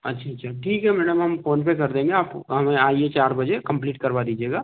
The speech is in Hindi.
अच्छा अच्छा ठीक है मैडम हम फ़ोनपे कर देंगे आप हमें आइए चार बजे कम्प्लीट करवा दीजिएगा